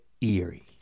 eerie